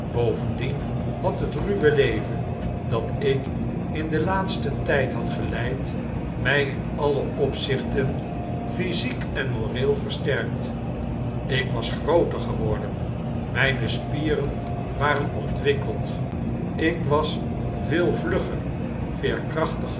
bovendien had het ruwe leven dat ik in den laatsten tyd had geleid my in alle opzichten physiek en moreel versterkt ik was grooter geworden myne spieren waren ontwikkeld ik was veel vlugger veerkrachtiger